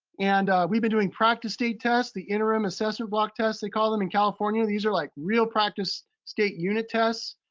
and we've been doing practice state tests, the interim assessment block tests, they call them in california. these are like real practice state unit tests.